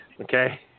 okay